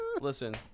Listen